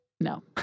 No